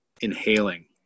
inhaling